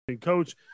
Coach